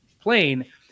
plane